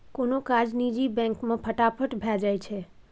कोनो काज निजी बैंक मे फटाफट भए जाइ छै